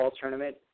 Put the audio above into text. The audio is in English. Tournament